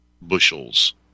bushels